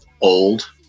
old